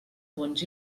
bonys